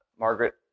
Margaret